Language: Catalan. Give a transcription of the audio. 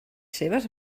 seves